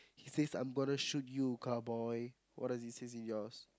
he says I'm going to shoot you cowboy what does he say in yours